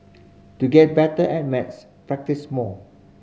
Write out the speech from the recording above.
to get better at maths practise more